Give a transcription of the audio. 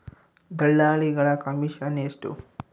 ದಲ್ಲಾಳಿಗಳ ಕಮಿಷನ್ ಎಷ್ಟು?